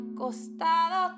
costado